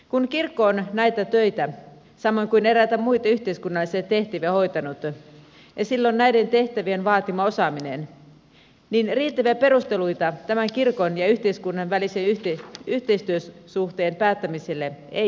kun kirkko on näitä töitä samoin kuin eräitä muita yhteiskunnallisia tehtäviä hoitanut ja sillä on näiden tehtävien vaatima osaaminen niin riittäviä perusteluita tämän kirkon ja yhteiskunnan välisen yhteistyösuhteen päättämiselle ei ole